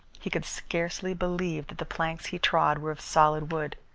he could scarcely believe that the planks he trod were of solid wood.